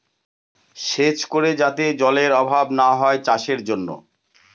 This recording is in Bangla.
সেচ করে যাতে জলেরর অভাব না হয় চাষের জন্য